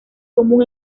común